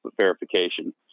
verification